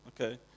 okay